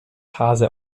haase